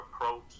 approach